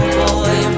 boy